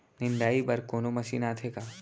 निंदाई बर कोनो मशीन आथे का?